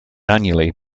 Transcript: annually